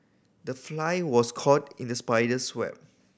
the fly was caught in the spider's web